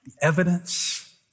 evidence